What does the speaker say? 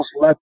let –